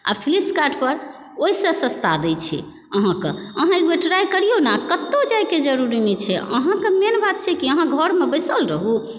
आओर फ्लिपकार्टपर ओइसे सस्ता दै छै अहाँके अहाँ एक बेर ट्राई करियौ ने कतौ जाइके जरुरी नहि छै अहाँके मेन बात छै कि अहाँ घरमे बैसल रहू